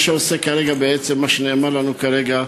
מה שנאמר לנו כרגע,